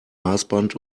maßband